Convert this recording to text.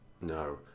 No